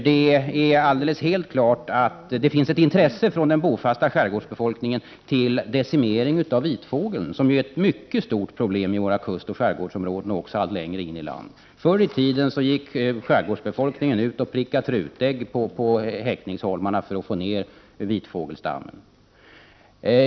Det är helt klart att det finns intresse från den bofasta skärgårdsbefolkningen till decimering av vitfågel som är ett mycket stort problem i våra kustoch skärgårdsområden, liksom allt längre in i landet. Förr i tiden gick skärgårdsbefolkningen ut och prickade trutägg på häckningsholmarna för att få ned vitfågelstammen.